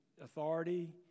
authority